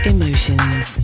Emotions